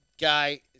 guy